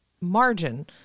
margin